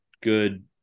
good